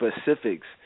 specifics